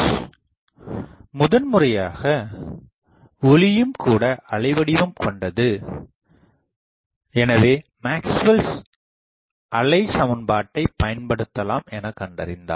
Bose முதன்முறையாக ஒளியும்கூட அலை வடிவம் கொண்டது எனவே மேக்ஸ்வெல்Maxwell's அலை சமன்பாட்டைப் பயன்படுத்தலாம் எனகண்டறிந்தார்